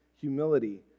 humility